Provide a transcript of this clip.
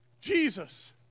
Jesus